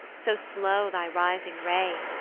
so slow thy rising ray?